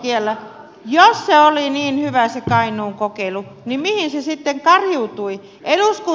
jos se oli niin hyvä se kainuun kokeilu niin mihin se sitten kariutui